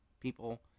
people